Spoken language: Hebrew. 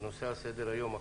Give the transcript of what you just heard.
שני נושאים על סדר היום: